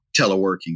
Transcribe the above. teleworking